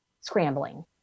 scrambling